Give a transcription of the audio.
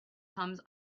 comes